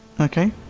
Okay